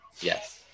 Yes